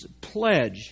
pledge